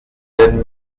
den